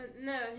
No